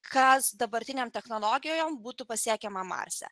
kas dabartiniom technologijom būtų pasiekiama marse